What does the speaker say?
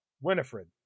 Winifred